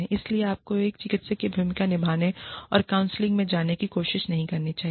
इसलिए आपको एक चिकित्सक की भूमिका निभाने और काउंसलिंग में जाने की कोशिश नहीं करनी चाहिए